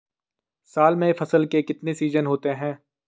साल में फसल के कितने सीजन होते हैं?